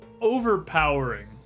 Overpowering